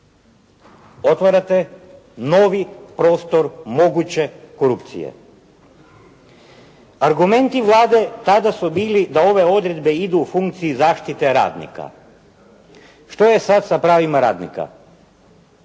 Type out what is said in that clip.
Otvarate novi prostor moguće korupcije. Argumenti Vlade tada su bili da ove odredbe idu u funkciji zaštite radnika. Što je sad sa pravima radnika?